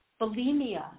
bulimia